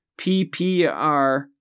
ppr